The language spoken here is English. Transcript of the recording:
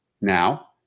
Now